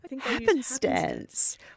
Happenstance